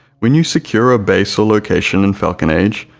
when you secure a base or location in falcon age,